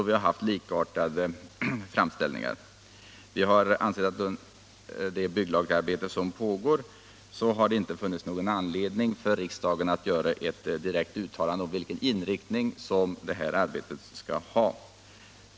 Vi har ansett att det i det bygglagarbete som pågår inte har funnits någon anledning för riksdagen att göra ett direkt uttalande om vilken inriktning detta arbete skall ha.